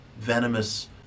venomous